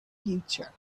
future